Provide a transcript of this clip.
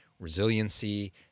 resiliency